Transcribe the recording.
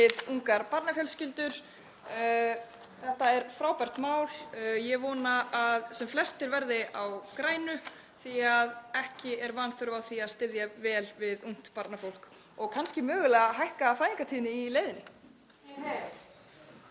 við ungar barnafjölskyldur. Þetta er frábært mál. Ég vona að sem flestir verði á grænu því að ekki er vanþörf á því að styðja vel við ungt barnafólk — og kannski mögulega hækka fæðingatíðni í leiðinni.